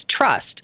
trust